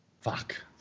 Fuck